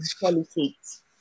politics